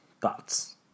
thoughts